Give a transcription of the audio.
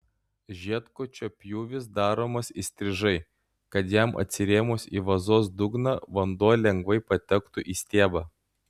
žiedkočio pjūvis daromas įstrižai kad jam atsirėmus į vazos dugną vanduo lengvai patektų į stiebą